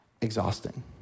exhausting